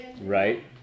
Right